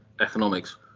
economics